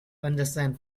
understand